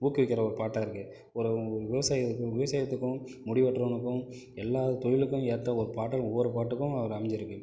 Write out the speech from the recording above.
ஊக்குவிக்கிற ஒரு பாட்டாக இருக்கு ஒரு விவசாயிகளுக்கும் விவசாயத்துக்கும் முடி வெட்டுகிறவனுக்கும் எல்லா தொழிலுக்கும் ஏற்ற ஒரு பாட்டாக ஒவ்வொரு பாட்டுக்கும் அதில் அமைஞ்சிருக்கு